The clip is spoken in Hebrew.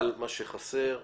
אבל מה שחסר זה,